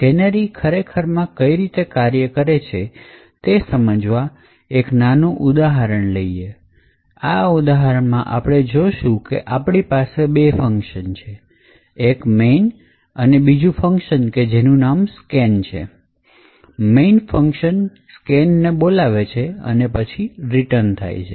canary ખરેખરમાં કઈ રીતે કાર્ય કરે છે તે સમજવા એક નાનું ઉદાહરણ લઈએ આ ઉદાહરણમાં આપણે જોઇશું કે આપણી પાસે બે ફંકશન છે એક main અને બીજું ફંકશન કે જેનું નામ સ્કેન છે main function સ્કેન ને બોલાવે છે અને પછી રિટર્ન થાય છે